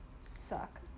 suck